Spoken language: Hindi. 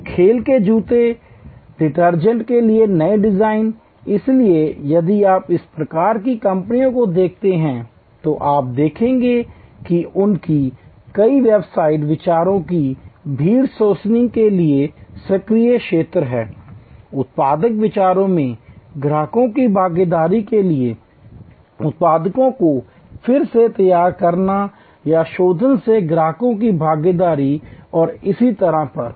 तो खेल के जूते डिटर्जेंट के लिए नए डिजाइन इसलिए यदि आप इस प्रकार की कंपनियों को देखते हैं तो आप देखेंगे कि उनकी कई वेबसाइटें विचारों की भीड़ सोर्सिंग के लिए सक्रिय क्षेत्र हैं उत्पाद विचारों में ग्राहकों की भागीदारी के लिए उत्पाद को फिर से तैयार करने या शोधन में ग्राहकों की भागीदारी और इसी तरह पर